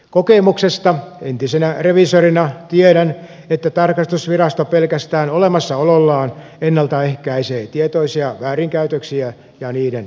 kokemuksesta entisenä reviisorina tiedän että tarkastusvirasto pelkästään olemassaolollaan ennalta ehkäisee tietoisia väärinkäytöksiä ja niiden suunnittelua